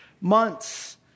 months